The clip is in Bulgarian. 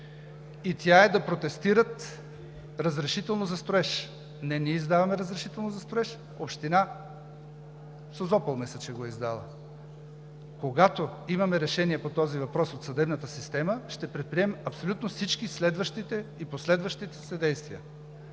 и тя е да протестират разрешително за строеж. Не ние издаваме разрешителното за строеж – Община Созопол мисля, че го е издала. Когато имаме решение по този въпрос от съдебната система, ще предприемем всички следващи и последващи действия.